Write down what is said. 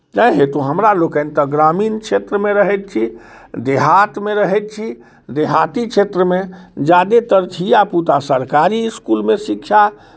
ताहि हेतु हमरा लोकनि तऽ ग्रामीण क्षेत्रमे रहैत छी देहातमे रहैत छी देहाती क्षेत्रमे ज्यादेतर धियापुता सरकारी इसकुलमे शिक्षा